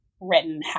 written